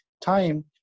time